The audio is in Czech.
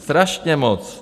Strašně moc.